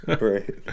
Right